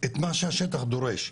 את מה שהשטח דורש,